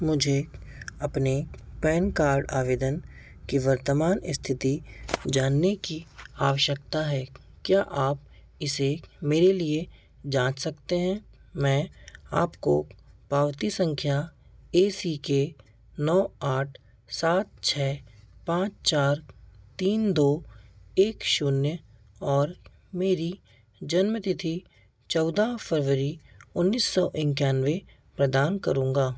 मुझे अपने PAN card आवेदन की वर्तमान इस्थिति जानने की आवश्यकता है क्या आप इसे मेरे लिए जाँच सकते हैं मैं आपको पावती सँख्या ए सी के नौ आठ सात छह पाँच चार तीन दो एक शून्य और मेरी जन्मतिथि चौदह फरवरी उन्नीस सौ इक्यानवे प्रदान करूँगा